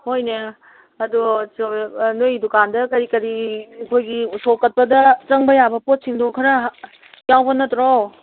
ꯍꯣꯏꯅꯦ ꯑꯗꯣ ꯅꯣꯏꯒꯤ ꯗꯨꯀꯥꯟꯗ ꯀꯔꯤ ꯀꯔꯤ ꯑꯩꯈꯣꯏꯒꯤ ꯎꯁꯣꯞ ꯀꯠꯄꯗ ꯆꯪꯕ ꯌꯥꯕ ꯄꯣꯠꯁꯤꯡꯗꯣ ꯈꯔ ꯌꯥꯎꯕ ꯅꯠꯇ꯭ꯔꯣ